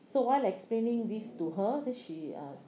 so while explaining this to her then she uh